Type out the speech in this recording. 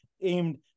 aimed